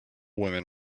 women